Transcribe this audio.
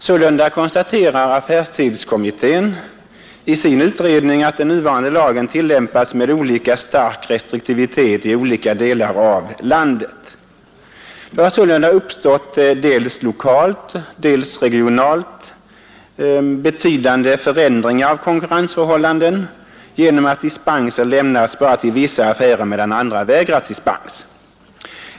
Sålunda konstaterar affärstidskommittén i sin utredning, att den nuvarande lagen har tillämpats med olika stark restriktivitet i olika delar av landet. Det har sålunda dels lokalt, dels regionalt uppstått betydande förändringar av konkurrensförhållanden genom att dispenser har lämnats bara till vissa affärer, medan andra har vägrats dispens.